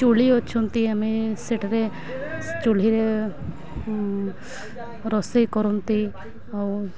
ଚୁଲି ଅଛନ୍ତି ଆମେ ସେଠାରେ ଚୁଲିରେ ରୋଷେଇ କରନ୍ତି ଆଉ